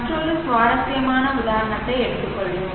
மற்றொரு சுவாரஸ்யமான உதாரணத்தை எடுத்துக் கொள்வோம்